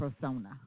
persona